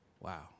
Wow